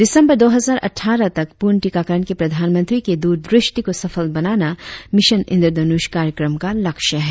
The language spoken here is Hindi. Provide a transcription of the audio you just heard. दिसंबर दो हजार अट्टारह तक पूर्ण टीकाकरण के प्रधानमंत्री के दूरदृष्टि को सफल बनाना मिशन इंद्रधनुष कार्यक्रम का लक्ष्य है